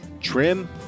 Trim